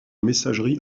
messagerie